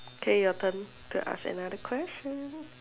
K your turn to ask another question